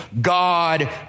God